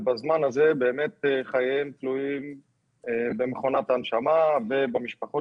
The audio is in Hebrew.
ובזמן הזה חייהם תלויים במכונת ההנשמה ובמשפחות